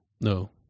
No